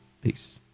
peace